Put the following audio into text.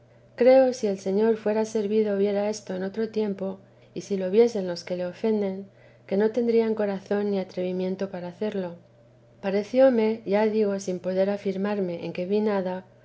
creo si el señor fuera servido viera esto en otro tiempo y si lo viesen los que le ofenden que no temían corazón ni atrevimiento para hacerlo parecióme ya digo sin poder afirmarme en que vi nada